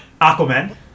Aquaman